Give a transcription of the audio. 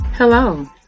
Hello